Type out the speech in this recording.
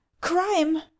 Crime